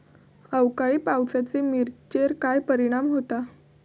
अवकाळी पावसाचे मिरचेर काय परिणाम होता?